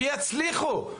שיצליחו.